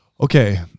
Okay